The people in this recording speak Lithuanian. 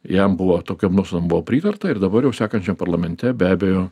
jam buvo tokiom nuostatom buvo pritarta ir dabar jau sekančiam parlamente be abejo